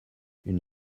une